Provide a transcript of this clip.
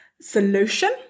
solution